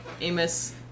Amos